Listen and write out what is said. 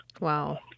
Wow